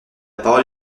parole